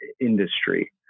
industry